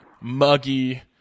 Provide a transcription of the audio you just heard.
muggy